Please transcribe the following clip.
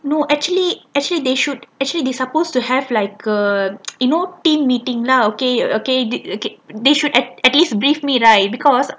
no actually actually they should actually they supposed to have like err you know team meeting lah okay okay did they should at at least brief me right because